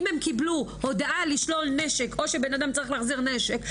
אם הם קיבלו הודעה לשלול נשק או שבן אדם צריך להחזיר נשק,